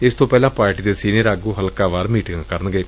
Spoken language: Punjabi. ਇਸ ਤੋਂ ਪਹਿਲਾਂ ਪਾਰਟੀ ਦੇ ਸੀਨੀਅਰ ਆਗੁ ਹਲਕਾਵਾਰ ਮੀਟਿੰਗਾਂ ਕਰਨਗੇ